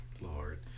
Lord